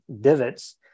divots